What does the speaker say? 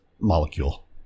molecule